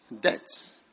debts